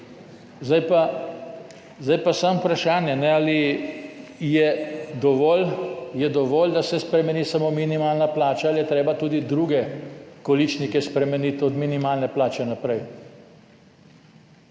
Zdaj pa samo vprašanje, ali je dovolj, da se spremeni samo minimalna plača, ali je treba tudi druge količnike spremeniti od minimalne plače naprej.